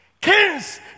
Kings